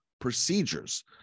procedures